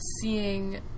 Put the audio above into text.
seeing